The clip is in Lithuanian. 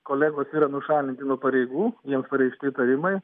kolegos yra nušalinti nuo pareigų jiems pareikšti įtarimai